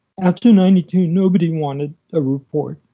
after ninety two, nobody wanted a report.